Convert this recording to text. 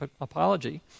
apology